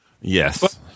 Yes